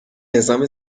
نظام